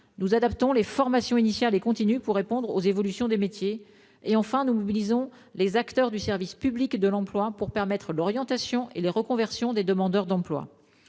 Nous adaptons les formations initiales et continues pour répondre aux évolutions des métiers. Enfin, nous mobilisons les acteurs du service public de l'emploi pour permettre l'orientation et les reconversions des demandeurs d'emploi.